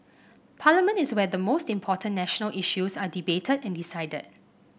parliament is where the most important national issues are debated and decided